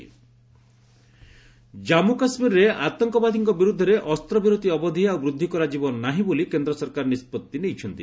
home J and K Jammu କାଶ୍ମୀରରେ ଆତଙ୍କବାଦୀଙ୍କ ବିରୁଦ୍ଧରେ ଅସ୍ତ୍ରବିରତି ଅବଧି ଆଉ ବୃଦ୍ଧି କରାଯିବ ନାହିଁ ବୋଲି କେନ୍ଦ୍ର ସରକାର ନିଷ୍ପତ୍ତି ନେଇଛନ୍ତି